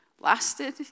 lasted